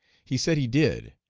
he said he did.